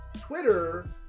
Twitter